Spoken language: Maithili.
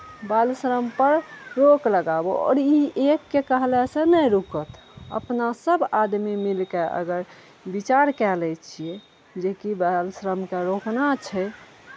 बालश्रम पर रोक लगाबू आओर ई एकके कहलै से नहि रूकत अपना सब आदमी मिल कऽ अगर बिचार कए लै छियै जेकि बालश्रमके रोकना छै